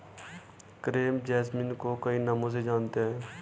crepe jasmine को कई नामों से जानते हैं